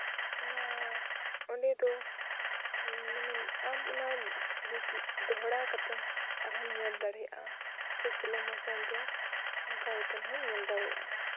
ᱚᱱᱟ ᱚᱸᱰᱮ ᱫᱚ ᱢᱟᱱᱮ ᱟᱢ ᱚᱱᱟ ᱫᱚᱦᱲᱟ ᱠᱟᱛᱮ ᱟᱨᱦᱚᱢ ᱧᱮᱞ ᱫᱟᱲᱮᱭᱟᱜᱼᱟ ᱡᱮ ᱥᱞᱚ ᱢᱚᱥᱮᱱ ᱨᱮ ᱚᱱᱠᱟ ᱠᱟᱛᱮ ᱦᱚᱢ ᱧᱮᱞ ᱫᱟᱲᱮᱭᱟᱜᱼᱟ